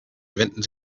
wenden